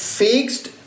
fixed